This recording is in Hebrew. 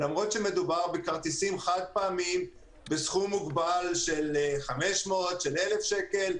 למרות שמדובר בכרטיסים חד פעמיים בסכום מוגבל של 500 או 1,000 שקל,